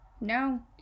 no